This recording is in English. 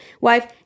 wife